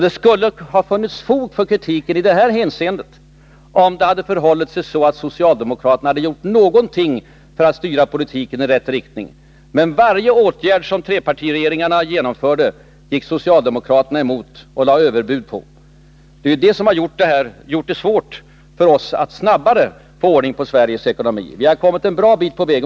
Det skulle ha funnits bättre fog för kritiken i det här hänseendet, om det hade förhållit sig så att socialdemokraterna hade gjort någonting för att styra politiken i rätt riktning. Men varje åtgärd som trepartiregeringarna genomförde gick socialdemokraterna emot och lade fram överbud. Det är det som har gjort det svårt att snabbare få ordning på Sveriges ekonomi. Vi har kommit en bra bit på väg.